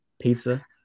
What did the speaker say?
pizza